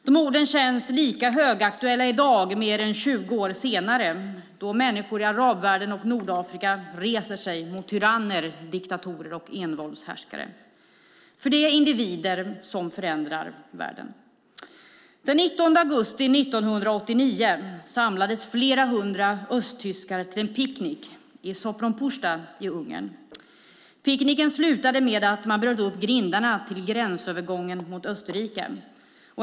De orden känns lika högaktuella i dag, mer än 20 år senare, då människor i arabvärlden och Nordafrika reser sig mot tyranner, diktatorer och envåldshärskare, för det är individer som förändrar världen. Den 19 augusti 1989 samlades flera hundra östtyskar till en picknick i Sopronpuszta i Ungern. Picknicken slutade med att man bröt upp grindarna till gränsövergången mot Österrike.